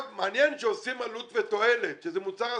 מעניין שעושים עלות ותועלת, שזה מוצר אסטרטגי,